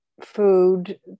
food